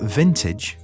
vintage